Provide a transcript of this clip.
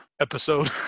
episode